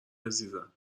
عزیزم